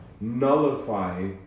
nullify